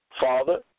Father